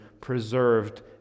preserved